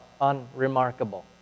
unremarkable